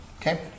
okay